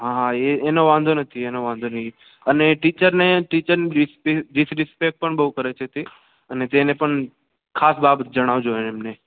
હા હા એ એનો વાંધો નથી એનો વાંધો નય અને ટીચરને ટીચરની ડિસરિસપેક્ટ પણ બહુ કરે છે અને જેને પણ ખાસ બાબત જણાવજો એમને